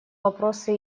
вопросы